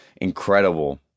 incredible